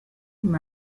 him